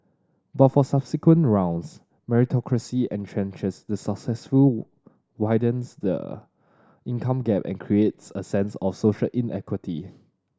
but for subsequent rounds meritocracy entrenches the successful widens the income gap and creates a sense of social inequity